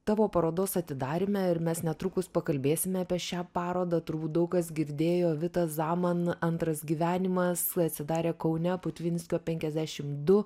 tavo parodos atidaryme ir mes netrukus pakalbėsime apie šią parodą turbūt daug kas girdėjo vita zaman antras gyvenimas atsidarė kaune putvinskio penkiasdešim du